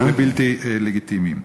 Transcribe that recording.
ובלתי לגיטימיים.